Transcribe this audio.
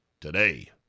today